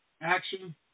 action